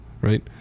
right